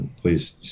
Please